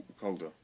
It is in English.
colder